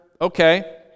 Okay